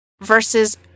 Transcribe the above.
versus